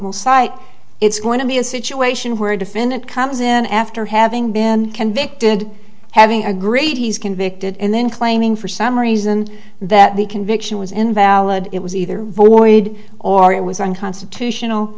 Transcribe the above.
will cite it's going to be a situation where a defendant comes in after having been convicted having agreed he's convicted and then claiming for some reason that the conviction was invalid it was either void or it was unconstitutional